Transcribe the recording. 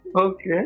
Okay